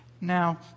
Now